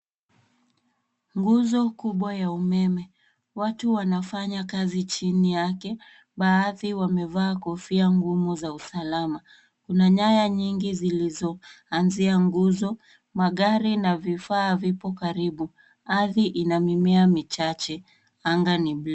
Nguzo kubwa ya umeme. Watu wanafanya kazi chini yake. Baadhi wamevaa kofia ngumu za usalama. Kuna nyaya nyingi zilizoanzia nguzo. Magari na vifaa vipo karibu. Ardhi ina mimea michache, anga ni buluu.